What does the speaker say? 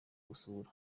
gusura